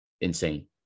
insane